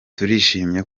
turishimye